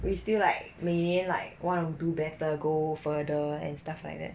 we still like 每年 like want to do better go further and stuff like that